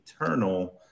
Eternal